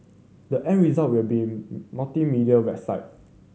the end result will be multimedia website